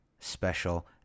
special